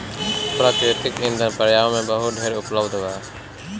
प्राकृतिक ईंधन पर्यावरण में बहुत ढेर उपलब्ध बा